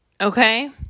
Okay